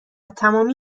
تمامی